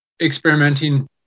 experimenting